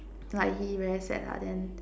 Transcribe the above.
like he very sad lah then